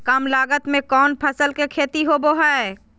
काम लागत में कौन फसल के खेती होबो हाय?